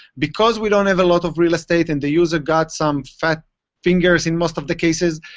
because we don't have a lot of real estate and the user got some fat fingers in most of the cases,